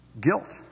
guilt